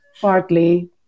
partly